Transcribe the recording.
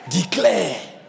Declare